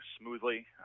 smoothly